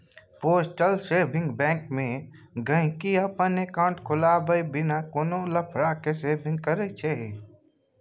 postal saving bank मे गांहिकी अपन एकांउट खोलबाए बिना कोनो लफड़ा केँ सेविंग करय छै